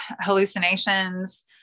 hallucinations